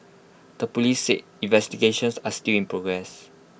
the Police said investigations are still in progress